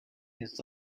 his